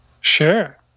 Sure